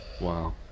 Wow